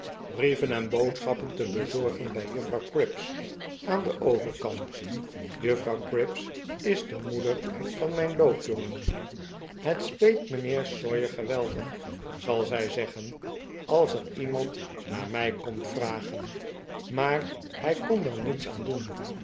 brieven en boodschappen te bezorgen bij juffrouw cripps aan den overkant juffrouw cripps is de moeder van mijn loopjongen het speet mijnheer sawyer geweldig zal zij zeggen als er iemand naar mij komt vragen maar hij kon er niets aan doen